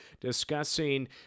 discussing